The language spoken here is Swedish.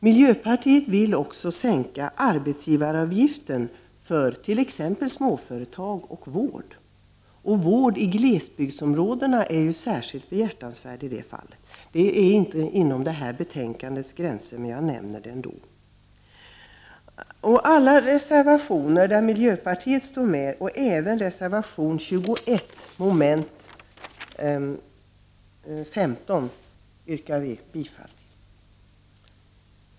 Miljöpartiet vill också sänka arbetsgivaravgiften för t.ex. småföretag och vård. Vård i glesbygdsområdena är ju särskilt behjärtansvärd i det fallet. Det ligger inte inom detta betänkandes gränser, men jag nämner det ändå. Alla reservationer där miljöpartiet står med, och även reservation 21 , yrkar jag bifall till.